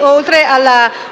Oltre alla